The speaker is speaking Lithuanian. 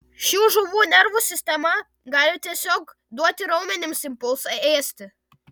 šių žuvų nervų sistema gali tiesiog duoti raumenims impulsą ėsti